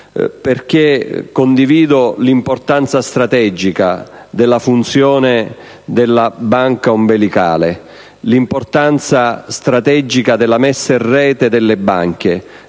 perché condivido l'importanza strategica della funzione della Banca ombelicale, l'importanza strategica della messa in rete delle banche